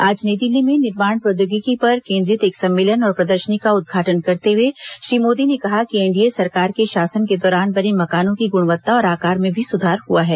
आज नई दिल्ली में निर्माण प्रौद्योगिकी पर केन्द्रित एक सम्मेलन और प्रदर्शनी का उद्घाटन करते हुए श्री मोदी ने कहा कि एनडीए सरकार के शासन के दौरान बने मकानों की गुणवत्ता और आकार में भी सुधार हुआ है